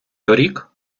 торік